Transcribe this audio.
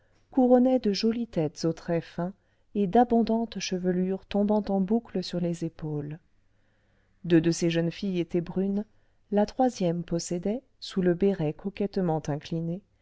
couronnait de jolies têtes aux traits fins et d'abondantes chevelures tombant en boucles sur les épaules deux de ces jeunes filles étaient brunes la troisième possédait sous le béret coquettement incliné